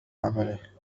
عمله